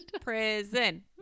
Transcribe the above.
prison